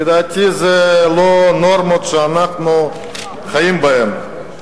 לדעתי זה לא הנורמות שאנחנו חיים בהן.